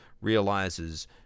realizes